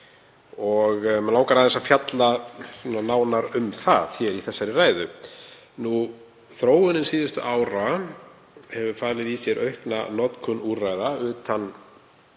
og mig langar aðeins að fjalla nánar um það í þessari ræðu. Þróun síðustu ára hefur falið í sér aukna notkun úrræða utan